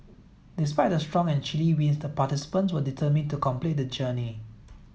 despite the strong and chilly winds the participants were determined to complete the journey